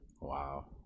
Wow